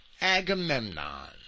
Agamemnon